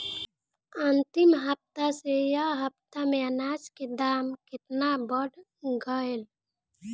अंतिम हफ्ता से ए हफ्ता मे अनाज के दाम केतना बढ़ गएल?